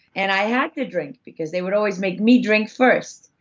and i had to drink, because they would always make me drink first.